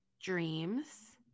Dreams